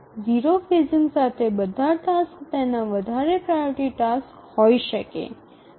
0 phasing સાથે બધા task તેના વધારે પ્રાઓરીટી ટાસ્ક હોઈ શકે નહીં